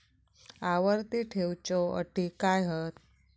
आवर्ती ठेव च्यो अटी काय हत?